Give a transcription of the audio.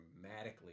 dramatically